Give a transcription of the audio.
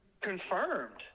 confirmed